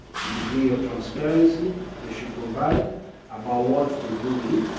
the degree of transparency they should provide about what they do with it,